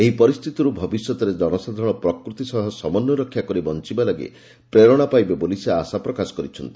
ଏହି ପରିସ୍ଥିତିରୁ ଭବିଷ୍ୟତରେ ଜନସାଧାରଣ ପ୍ରକୃତି ସହ ସମନ୍ୱୟ ରକ୍ଷା କରି ବଂଚିବା ଲାଗି ପ୍ରେରଣା ପାଇବେ ବୋଲି ସେ ଆଶା ପ୍ରକାଶ କରିଛନ୍ତି